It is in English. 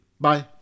bye